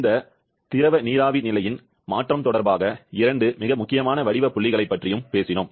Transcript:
இந்த திரவ நீராவி நிலையின் மாற்றம் தொடர்பாக இரண்டு மிக முக்கியமான வடிவ புள்ளிகளைப் பற்றியும் பேசினோம்